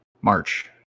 March